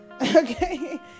Okay